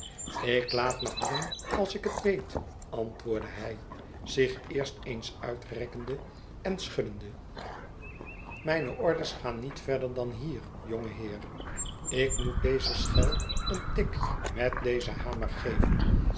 ik laat me hangen als ikhet weet antwoordde hij zich eerst eens uitrekkende en schuddende mijne orders gaan niet verder dan hier jonge heer ik moet deze schel een tik met dezen hamer geven